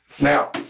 Now